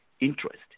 interest